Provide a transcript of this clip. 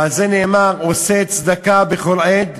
ועל זה נאמר: "עשה צדקה בכל עת",